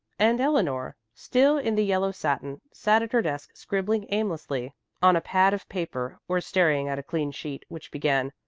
and eleanor, still in the yellow satin, sat at her desk scribbling aimlessly on a pad of paper or staring at a clean sheet, which began,